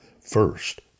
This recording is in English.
first